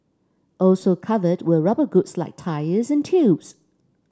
also covered were rubber goods like tyres and tubes